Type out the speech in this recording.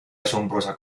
asombrosa